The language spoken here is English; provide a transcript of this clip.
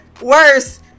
worse